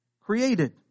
created